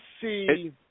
see